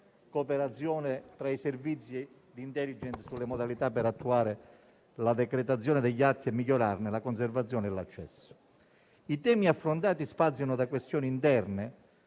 cooperazione tra i servizi di *intelligence*; sulle modalità per attuare la decretazione degli atti e migliorarne la conservazione e l'accesso. I temi affrontati spaziano da questioni interne,